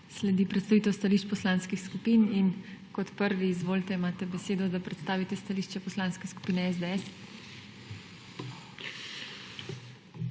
sledi predstavitev stališč poslanskih skupin in kot prvi, izvolite, imate besedo, da predstavite stališče Poslanske skupine SDS.